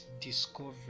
discovery